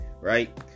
right